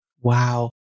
Wow